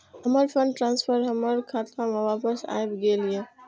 हमर fund transfer हमर खाता में वापस आब गेल या